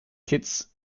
kitts